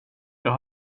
jag